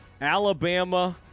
Alabama